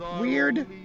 weird